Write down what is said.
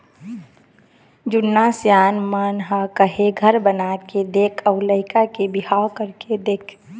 जुन्ना सियान मन ह कहे हे घर बनाके देख अउ लइका के बिहाव करके देख